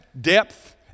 depth